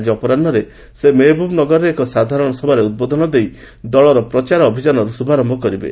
ଆଜି ଅପରାହୁରେ ସେ ମେହବୁବ୍ନଗରରେ ଏକ ସାଧାରଣ ସଭାରେ ଉଦ୍ବୋଧନ ଦେଇ ଦଳର ପ୍ରଚାର ଅଭିଯାନର ଶୁଭାରୟ କରିବେ